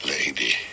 Lady